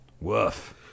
Woof